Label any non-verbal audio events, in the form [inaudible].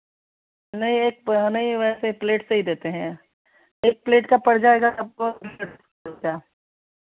नहीं एक तो हाँ नहीं वैसे प्लेट से देते हैं एक प्लेट का पड़ जाएगा आपको [unintelligible] रुपया